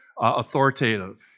authoritative